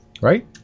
right